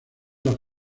las